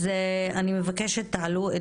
אני מבקשת שתעלו את